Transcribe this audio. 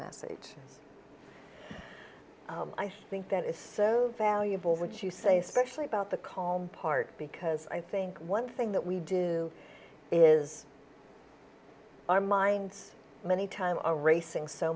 message i think that is so valuable what you say especially about the calm part because i think one thing that we do is our minds many times a racing so